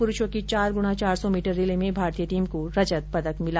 पुरूषों की चार गुणा चार सौ मीटर रिले में भारतीय टीम को रजत पदक मिला